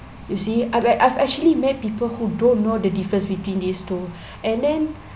you see I bet I've actually met people who don't know the difference between these two and then